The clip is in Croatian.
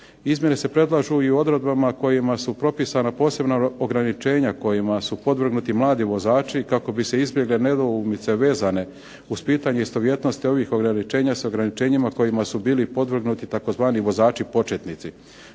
Izmjene se predlažu i u odredbama kojima su propisana posebna ograničenja kojima su podvrgnuti mladi vozači kako bi se izbjegle nedoumice vezane uz pitanje istovjetnosti ovih ograničenja s ograničenjima kojima su bili podvrgnuti tzv. vozači početnici.